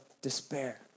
despair